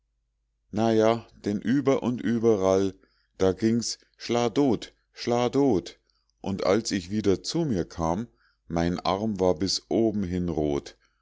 ja denn über und überall da ging's schlah dot schlah dot und als ich wieder zu mir kam mein arm war bis obenhin rot